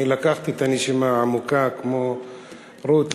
אני לקחתי את הנשימה העמוקה, כמו רות לפני,